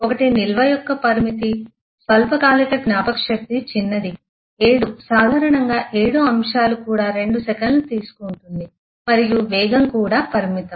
ఒకటి నిల్వ యొక్క పరిమితి స్వల్పకాలిక జ్ఞాపకశక్తి చిన్నది ఏడు సాధారణంగా ఏడు అంశాలు కూడా 12 సెకండ్లు తీసుకుంటుంది మరియు వేగం కూడా పరిమితం